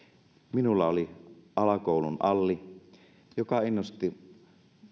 minulla oli alakoulun alli joka innosti